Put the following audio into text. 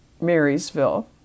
Marysville